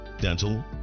dental